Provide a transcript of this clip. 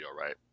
right